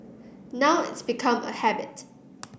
now it's become a habit